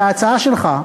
וההצעה שלך,